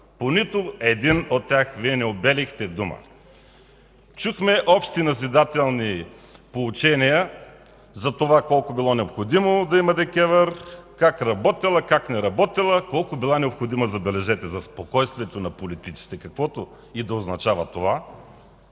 По нито един от тях Вие не обелихте дума. Чухме общи назидателни поучения за това колко било необходимо да има ДКЕВР, как работела, как не работела, колко била необходима, забележете, за спокойствието на политиците, каквото и да означава това.